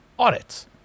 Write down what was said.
Audits